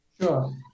Sure